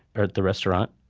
at the restaurant